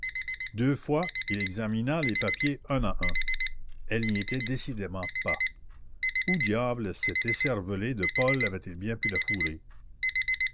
deux fois il examina les papiers un à un elle n'y était décidément pas où diable cet écervelé de paul avait-il bien pu la fourrer